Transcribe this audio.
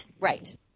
Right